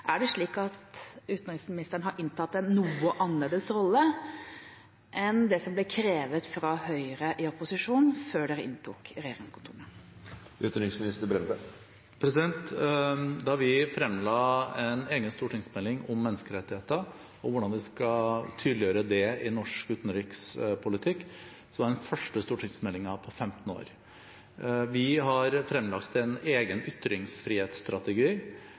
Er det slik at utenriksministeren har inntatt en noe annerledes rolle enn det som ble krevd fra Høyre i opposisjon, før man inntok regjeringskontorene? Da vi fremla en egen stortingsmelding om menneskerettigheter og hvordan vi skal tydeliggjøre det i norsk utenrikspolitikk, var det den første stortingsmeldingen om det på 15 år. Vi har fremlagt en egen ytringsfrihetsstrategi.